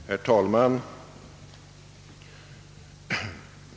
Herr talman!